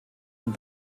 und